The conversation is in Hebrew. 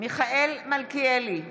מיכאל מלכיאלי,